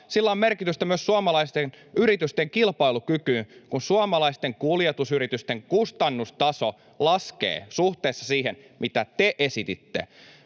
Sillä on merkitystä myös suomalaisten yritysten kilpailukyvylle, kun suomalaisten kuljetusyritysten kustannustaso laskee suhteessa siihen, mitä te esititte.